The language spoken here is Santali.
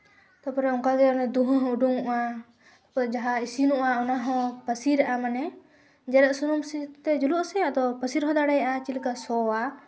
ᱛᱟᱨᱯᱚᱨᱮ ᱚᱱᱠᱟᱜᱮ ᱫᱩᱦᱟᱹ ᱦᱚᱸ ᱩᱰᱩᱝᱚᱜᱼᱟ ᱛᱟᱨᱯᱚᱨᱮ ᱡᱟᱦᱟᱸ ᱤᱥᱤᱱᱚᱜᱼᱟ ᱚᱱᱟ ᱦᱚᱸ ᱯᱟᱹᱥᱤᱨᱟᱜᱼᱟ ᱢᱟᱱᱮ ᱡᱮᱨᱮᱫ ᱥᱩᱱᱩᱢ ᱮ ᱡᱩᱞᱩᱜ ᱟᱥᱮ ᱟᱫᱚ ᱯᱟᱹᱥᱤᱨ ᱦᱚᱸ ᱫᱟᱲᱮᱭᱟᱜᱼᱟ ᱪᱮᱫ ᱞᱮᱠᱟ ᱥᱚᱼᱟ